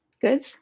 Good